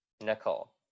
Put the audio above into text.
Nicole